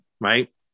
right